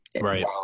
Right